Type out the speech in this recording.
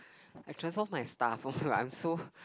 I transfer all my stuff lah I'm so